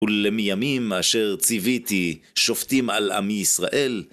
ולמימים אשר ציוויתי שופטים על עמי ישראל,